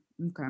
okay